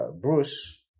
Bruce